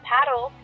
Paddle